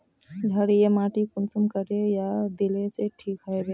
क्षारीय माटी कुंसम करे या दिले से ठीक हैबे?